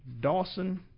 Dawson